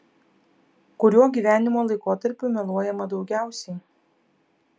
kuriuo gyvenimo laikotarpiu meluojama daugiausiai